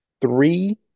three